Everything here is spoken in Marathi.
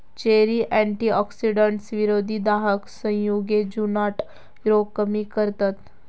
चेरी अँटीऑक्सिडंट्स, विरोधी दाहक संयुगे, जुनाट रोग कमी करतत